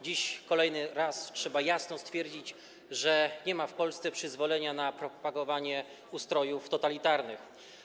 Dziś kolejny raz trzeba jasno stwierdzić, że nie ma w Polsce przyzwolenia na propagowanie ustrojów totalitarnych.